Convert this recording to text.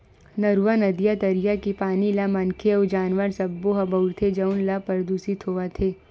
नरूवा, नदिया, तरिया के पानी ल मनखे अउ जानवर सब्बो ह बउरथे जउन ह परदूसित होवत हे